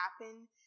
happen